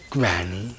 Granny